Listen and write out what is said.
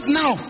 now